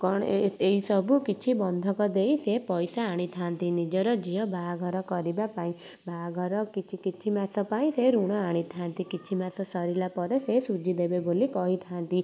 କ'ଣ ଏଇ ସବୁ କିଛି ବନ୍ଧକ ଦେଇ ସେ ପଇସା ଆଣିଥାନ୍ତି ନିଜର ଝିଅ ବାହାଘର କରିବା ପାଇଁ ବାହାଘର କିଛି କିଛି ମାସ ପାଇଁ ସେ ଋଣ ଆଣି ଥାଆନ୍ତି କିଛି ମାସ ସରିଲା ପରେ ସେ ସୁଜି ଦେବେ ବୋଲି କହିଥାନ୍ତି